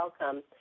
welcome